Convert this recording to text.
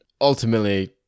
ultimately